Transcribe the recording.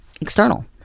external